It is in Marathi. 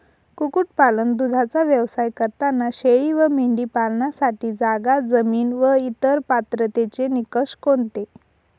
कुक्कुटपालन, दूधाचा व्यवसाय करताना शेळी व मेंढी पालनासाठी जागा, जमीन व इतर पात्रतेचे निकष कोणते?